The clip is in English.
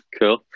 Cool